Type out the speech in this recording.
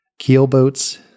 Keelboats